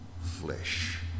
flesh